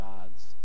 God's